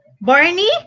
Barney